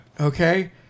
Okay